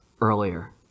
earlier